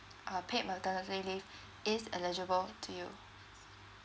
uh paid maternity leave is eligible to you